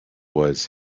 was